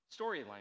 storyline